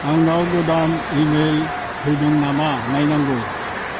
आंनाव गोदान इमैल फैदों नामा नायनांगौ